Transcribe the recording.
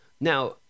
Now